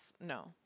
no